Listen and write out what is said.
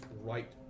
right